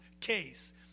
case